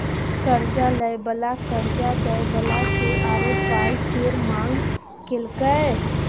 कर्जा लय बला कर्जा दय बला सँ आरो पाइ केर मांग केलकै